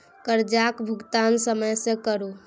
करजाक भूगतान समय सँ करु